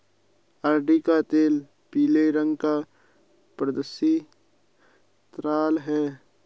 अरंडी का तेल पीले रंग का पारदर्शी तरल है